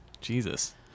Jesus